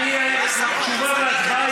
כי תשובה והצבעה,